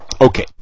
Okay